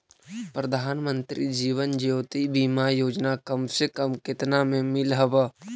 प्रधानमंत्री जीवन ज्योति बीमा योजना कम से कम केतना में मिल हव